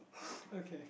okay